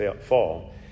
fall